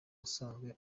asanzwe